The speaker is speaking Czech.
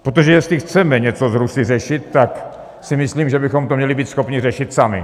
Protože jestli chceme něco s Rusy řešit, tak si myslím, že bychom to měli být schopni řešit sami.